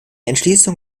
entschließung